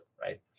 right